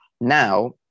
Now